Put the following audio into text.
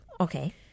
Okay